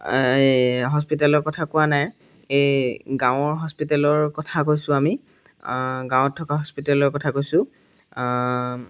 এই হস্পিতেলৰ কথা কোৱা নাই এই গাঁৱৰ হস্পিতেলৰ কথা কৈছোঁ আমি গাঁৱত থকা হস্পিতেলৰ কথা কৈছোঁ